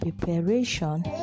preparation